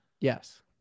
Yes